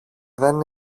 δεν